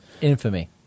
Infamy